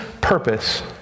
purpose